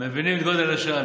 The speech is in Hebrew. מבינים את גודל השעה.